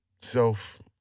self